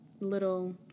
little